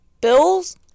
Bills